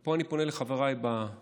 ופה אני פונה לחבריי בממשלה,